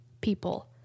people